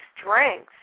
strength